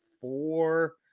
four